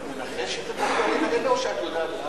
את מנחשת את הדברים האלה, או שאת יודעת?